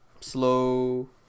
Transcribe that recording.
slow